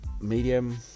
medium